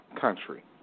country